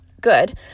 good